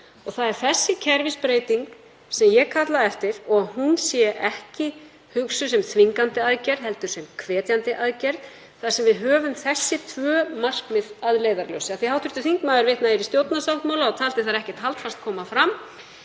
Það er slík kerfisbreyting sem ég kallaði eftir og að hún sé ekki hugsuð sem þvingandi aðgerð heldur sem hvetjandi aðgerð þar sem við höfum þessi tvö markmið að leiðarljósi. Af því að hv. þingmaður vitnaði í stjórnarsáttmála, og taldi ekkert haldfast koma fram